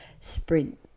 sprint